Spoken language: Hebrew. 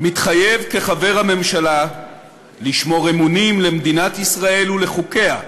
מתחייב כחבר הממשלה לשמור אמונים למדינת ישראל ולחוקיה,